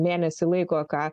mėnesį laiko ką